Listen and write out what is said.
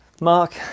mark